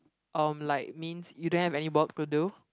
um like means you don't have any work to do